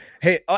hey